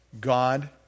God